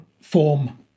form